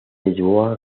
lisboa